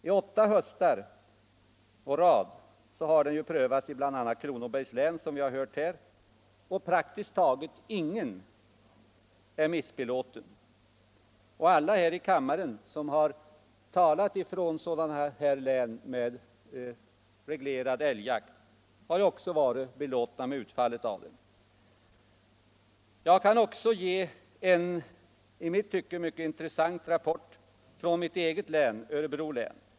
I åtta höstar å rad har den prövats i bl.a. Kronobergs län, som vi hört här, och praktiskt taget ingen är missbelåten. Och alla talare från län med reglerad älgjakt som har deltagit i kammarens debatt har varit belåtna med utfallet. Jag kan också ge en i mitt tycke mycket intressant rapport från mitt eget län, Örebro län.